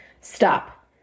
stop